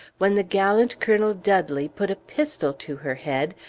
when the gallant colonel dudley put a pistol to her head,